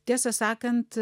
tiesą sakant